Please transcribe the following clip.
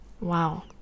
Wow